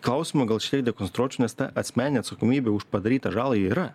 klausimą gal šiek tiek dekonstruočiau nes ta asmeninė atsakomybė už padarytą žalą ji yra